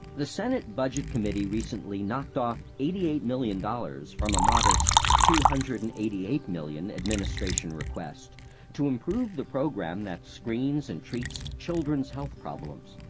the senate budget committee recently knocked off eighty eight million dollars from a modest two hundred and eighty eight million dollars administration request to improve the program that screens and treats children's health problems.